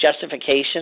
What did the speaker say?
justification